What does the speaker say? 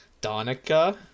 Donica